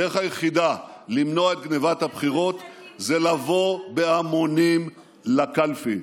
הדרך היחידה למנוע את גנבת הבחירות זה לבוא בהמונים לקלפי.